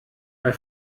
bei